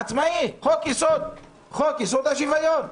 עצמאי, חוק יסוד: השוויון.